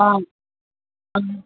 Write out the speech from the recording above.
आम् आम्